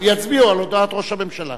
ויצביעו על הודעת ראש הממשלה.